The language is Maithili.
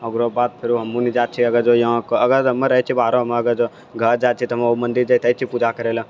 आर ओकरो बाद फेरो हमहुँ ने जाइत छियै यहाँ अगर हमे रहै छियै बाहरोमे अगर जे घर जाइ छियै तऽ हमे उ मन्दिर जाइते छियै पूजा करै लए